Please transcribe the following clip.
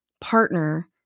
partner